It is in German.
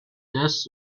des